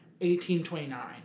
1829